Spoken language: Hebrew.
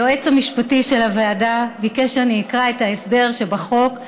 היועץ המשפטי של הוועדה ביקש שאני אקרא את ההסדר שבחוק,